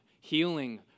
Healing